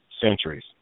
centuries